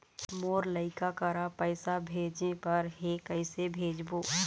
मोर लइका करा पैसा भेजें बर हे, कइसे भेजबो?